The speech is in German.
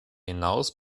hinaus